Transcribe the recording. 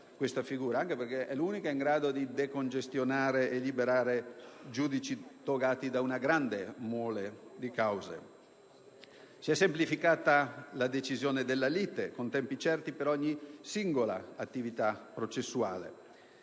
anche perché è l'unica in grado di decongestionare e liberare i giudici togati da una grande mole di cause. Si è semplificata la decisione della lite con tempi certi per ogni singola attività processuale.